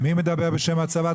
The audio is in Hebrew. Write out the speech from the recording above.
מי מדבר בשם הצבא?